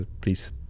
please